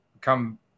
come